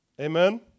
Amen